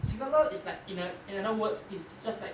signaller is like in another word it's just like